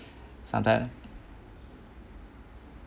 sometime